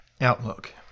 Outlook